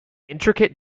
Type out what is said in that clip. intricate